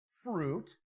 fruit